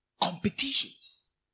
Competitions